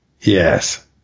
Yes